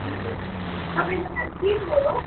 तपाईँको नाम को पो हो